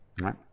Right